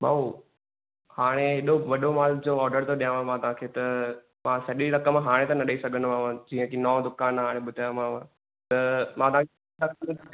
भाऊ हाणे हेडो वॾो माल जो ऑडर थो ॾियांव मां तव्हां खे त मां सॼी रक़म हाणे त न ॾेई सघंदव जीअं कि नओं दुकान आहे हाणे ॿुधायोमांव मां तव्हां खे